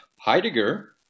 Heidegger